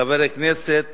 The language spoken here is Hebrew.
חבר הכנסת